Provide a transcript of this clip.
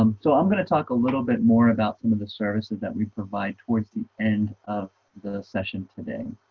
um so i'm going to talk a little bit more about some of the services that we provide towards the end of the session today.